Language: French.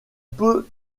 peut